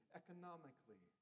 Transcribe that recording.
economically